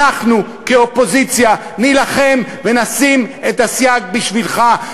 אנחנו כאופוזיציה נילחם ונשים את הסייג בשבילך,